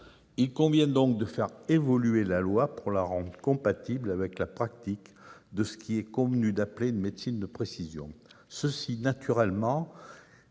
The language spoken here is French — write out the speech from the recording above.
Il convient donc de faire évoluer la loi et de la rendre compatible avec la pratique de ce qu'il est convenu d'appeler une médecine de précision. Le but est, naturellement,